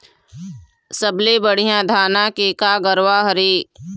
सबले बढ़िया धाना के का गरवा हर ये?